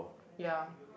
ya